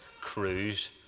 cruise